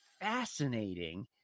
fascinating